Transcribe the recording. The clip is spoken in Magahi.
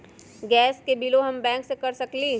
गैस के बिलों हम बैंक से कैसे कर सकली?